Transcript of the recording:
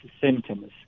symptoms